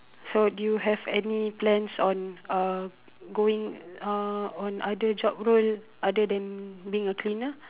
so do you have any plans on uh going uh on other job role other than being a cleaner